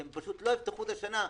שהם פשוט לא יפתחו את השנה.